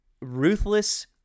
ruthless